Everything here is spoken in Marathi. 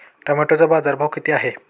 टोमॅटोचा बाजारभाव किती आहे?